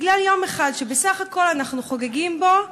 בגלל יום אחד שבסך הכול אנחנו חוגגים בו.